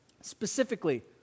Specifically